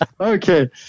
Okay